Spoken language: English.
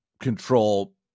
control